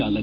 ಚಾಲನೆ